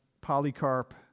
Polycarp